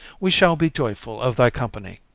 we shall be joyful of thy company.